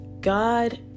God